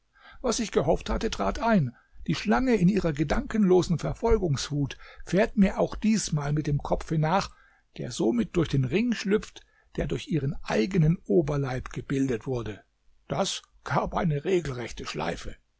was ich gehofft hatte trat ein die schlange in ihrer gedankenlosen verfolgungswut fährt mir auch diesmal mit dem kopfe nach der somit durch den ring schlüpft der durch ihren eigenen oberleib gebildet wurde das gab eine regelrechte schleife